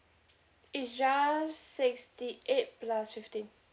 it's just sixty eight plus fifteen